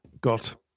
got